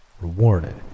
rewarded